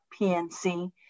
PNC